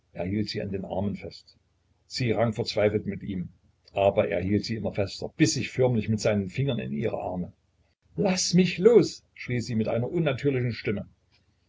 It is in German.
sie an den armen fest sie rang verzweifelt mit ihm aber er hielt sie immer fester biß sich förmlich mit seinen fingern in ihre arme laß mich los schrie sie mit einer unnatürlichen stimme